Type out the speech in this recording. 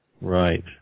Right